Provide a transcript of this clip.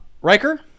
Riker